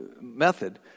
method